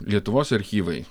lietuvos archyvai